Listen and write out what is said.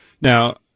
now